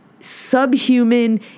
subhuman